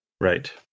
Right